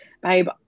babe